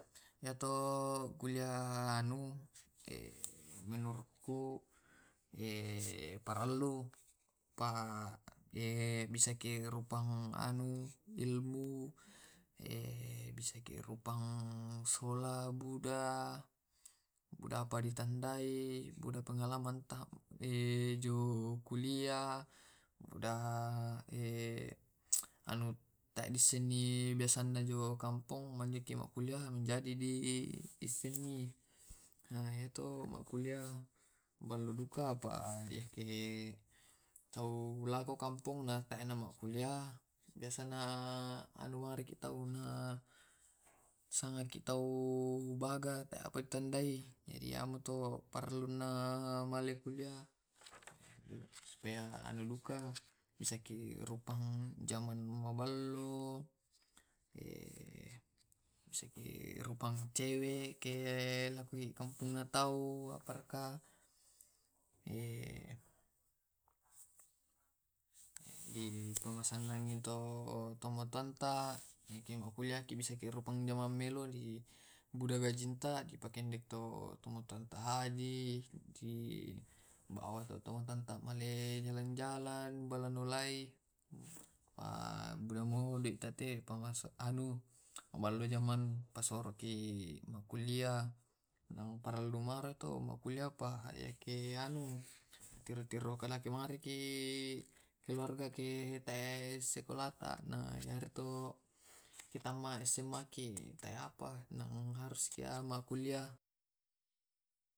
Yato kuliah anu menurutku parellu karena bisaki rupang ilmu bisaki rupang sula buda. Buda ditandai, buda pangalamannta kejo kuliah buda tea disengi biasanya jo kampong banyak kuliah manjadi di sengi ya to kuliah baluduka apa yeke taulako kamponna takna kuliah biasana anuariki tauna sangarki tau baga. Sangarki tau baga ditandai jadi nake to parelluna malekuliah. Supaya muluduka bisaki rupang jamang maballo, Bisaki rupang cewek rikampong natau aparka di pamasanangi tomatuanta bisaki rupang jamamelo di buda gajinta. to tomatuanta aji. jalan jalan bala nulai. mallojamang pasoroki makuliah parelu makuliah apa keanu tiro-tiro keluarga ki sekola ta na biar to ki tamat sma ki tae apa nang harus ki makuliah.